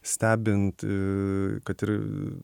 stebint kad ir